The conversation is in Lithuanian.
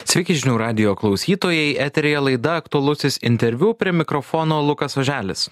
sveiki žinių radijo klausytojai eteryje laida aktualusis interviu prie mikrofono lukas oželis